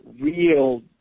real